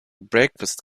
breakfast